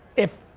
if,